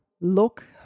look